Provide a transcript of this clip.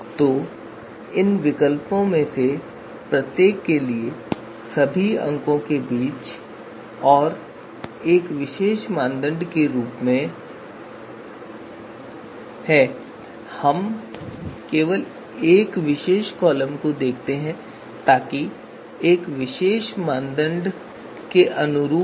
तो इन विकल्पों में से प्रत्येक के लिए सभी अंकों के बीच और एक विशेष मानदंड के संबंध में हम केवल एक विशेष कॉलम को देखते हैं ताकि एक विशेष मानदंड के अनुरूप हो